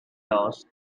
laws